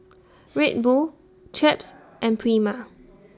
Red Bull Chaps and Prima